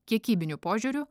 kiekybiniu požiūriu